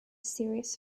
serious